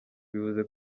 bivuze